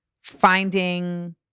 finding